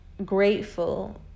grateful